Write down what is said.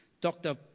Dr